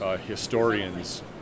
historians